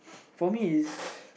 for me is